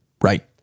Right